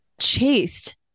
chased